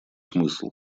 смысл